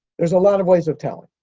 there's a lot of ways of telling.